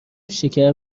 شکر